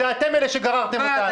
אתם אלה שגררתם אותנו.